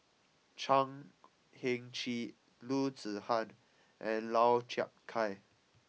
Chan Heng Chee Loo Zihan and Lau Chiap Khai